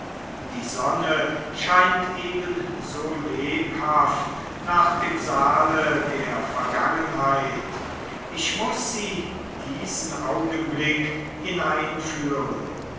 die sonne scheint eben so lebhaft nach dem saale der vergangenheit ich muß sie diesen augenblick hineinführen